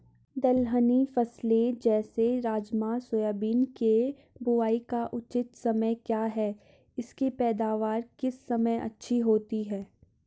दलहनी फसलें जैसे राजमा सोयाबीन के बुआई का उचित समय क्या है इसकी पैदावार किस समय अच्छी होती है?